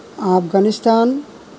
Afghanistan